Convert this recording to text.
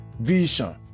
vision